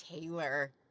Taylor